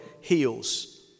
heals